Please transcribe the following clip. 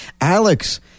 Alex